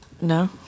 No